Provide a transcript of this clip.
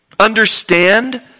Understand